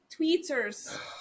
Tweeters